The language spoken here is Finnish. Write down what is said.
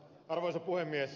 arvoisa puhemies